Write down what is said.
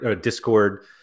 Discord